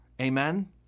Amen